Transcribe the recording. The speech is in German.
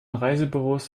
reisebüros